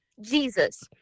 jesus